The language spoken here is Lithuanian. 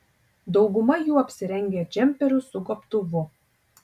dauguma jų apsirengę džemperiu su gobtuvu